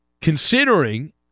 considering